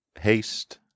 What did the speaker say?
Haste